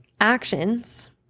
actions